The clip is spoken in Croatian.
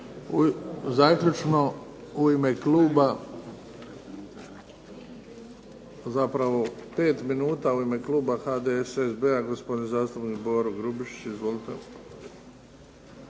Zaključno, u ime kluba, zapravo 5 minuta u ime kluba HDSSB-a, gospodin zastupnik Boro Grubišić. Izvolite.